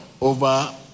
over